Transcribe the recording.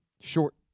short